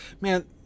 Man